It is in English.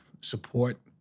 support